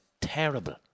terrible